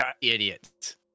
idiot